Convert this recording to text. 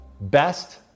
best